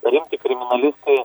rimti kriminalistai